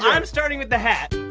yeah i'm starting with the hat.